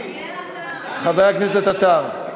חבר הכנסת עטר.